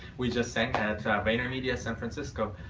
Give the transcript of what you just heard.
we just sang at vaynermedia san francisco,